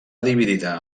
dividida